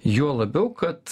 juo labiau kad